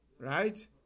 right